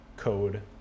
code